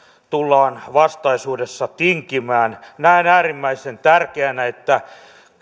tullaan vastaisuudessa tinkimään näen äärimmäisen tärkeänä sen että